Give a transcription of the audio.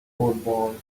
old